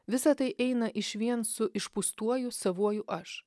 visa tai eina išvien su išpustuoju savuoju aš